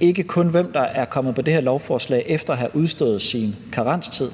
ikke kun hvem der er kommet på det her lovforslag efter at have udstået sin karenstid,